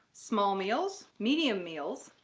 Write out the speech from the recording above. small meals, medium meals,